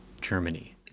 Germany